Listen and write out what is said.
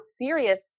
serious